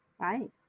Right